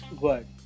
word